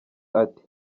ati